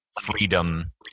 freedom